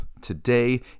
today